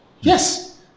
Yes